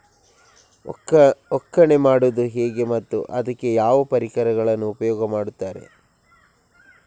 ಒಕ್ಕಣೆ ಮಾಡುವುದು ಹೇಗೆ ಮತ್ತು ಅದಕ್ಕೆ ಯಾವ ಪರಿಕರವನ್ನು ಉಪಯೋಗ ಮಾಡುತ್ತಾರೆ?